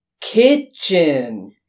Kitchen